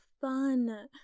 fun